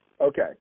Okay